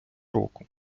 року